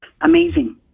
Amazing